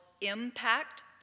IMPACT